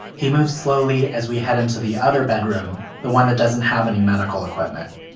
he moves slowly as we head into the other bedroom, the one that doesn't have any medical equipment.